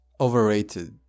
overrated